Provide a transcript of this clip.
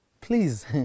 Please